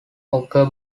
occur